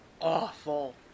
awful